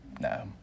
No